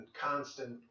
constant